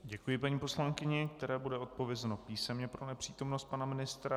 Děkuji paní poslankyni, které bude odpovězeno písemně pro nepřítomnost pana ministra.